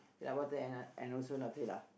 peanut-butter and uh and also Nutella